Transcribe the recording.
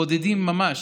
בודדים ממש.